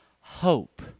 hope